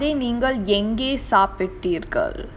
நீங்கள் எங்கே சாப்பிடீர்கள்:neenga enge saapteergal